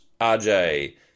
RJ